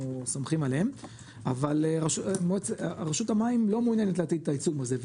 סומכים עליהם אבל רשות המים לא מעוניינת להטיל את העיצום הזה.